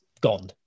gone